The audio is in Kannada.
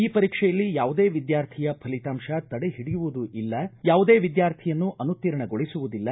ಈ ಪರೀಕ್ಷೆಯಲ್ಲಿ ಯಾವುದೇ ವಿದ್ವಾರ್ಥಿಯ ಫಲಿತಾಂಶ ತಡೆಹಿಡಿಯುವುದೂ ಇಲ್ಲ ಯಾವುದೇ ವಿದ್ವಾರ್ಥಿಯನ್ನು ಅನುತ್ತೀರ್ಣ ಗೊಳಿಸುವುದಿಲ್ಲ